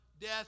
death